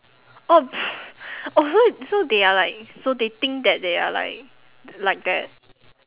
oh oh so so they are like so they think that they are like like that